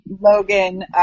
Logan